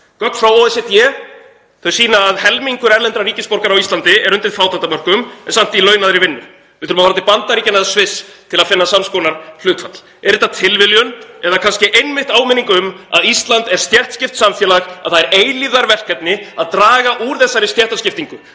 Gögn frá OECD sýna að helmingur erlendra ríkisborgara á Íslandi er undir fátæktarmörkum en samt í launaðri vinnu. Við þurfum að fara til Bandaríkjanna eða Sviss til að finna sams konar hlutfall. Er þetta tilviljun eða kannski einmitt áminning um að Ísland er stéttskipt samfélag, að það er eilífðarverkefni að draga úr þessari stéttaskiptingu,